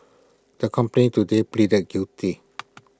the company today pleaded guilty